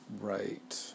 Right